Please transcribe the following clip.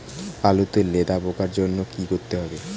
আলুতে লেদা পোকার জন্য কি করতে হবে?